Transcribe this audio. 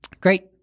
Great